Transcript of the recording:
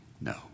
No